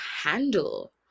handle